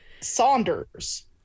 saunders